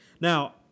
Now